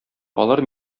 алар